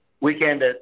weekend